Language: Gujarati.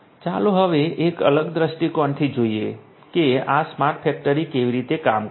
ચાલો હવે એક અલગ દ્રષ્ટિકોણથી જોઈએ કે આ સ્માર્ટ ફેક્ટરી કેવી રીતે કામ કરશે